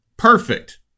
Perfect